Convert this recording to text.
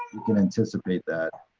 we can anticipate that